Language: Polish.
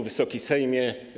Wysoki Sejmie!